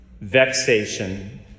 vexation